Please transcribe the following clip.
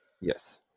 Yes